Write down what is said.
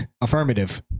Affirmative